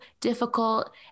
difficult